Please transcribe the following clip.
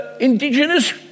indigenous